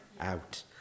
out